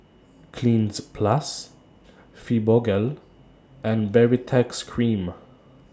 Cleanz Plus Fibogel and Baritex Cream